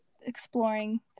exploring